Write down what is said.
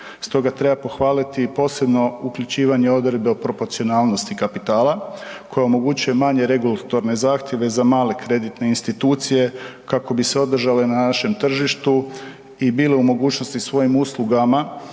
Stoga treba pohvaliti i posebno uključivanje odredbe o proporcionalnosti kapitala koja omogućuje manje regulatorne zahtjeve za male kreditne institucije kako bi se održale na našem tržištu i bile u mogućnosti svojim uslugama